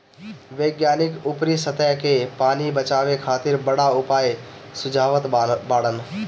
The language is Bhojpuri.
वैज्ञानिक ऊपरी सतह के पानी बचावे खातिर बड़ा उपाय सुझावत बाड़न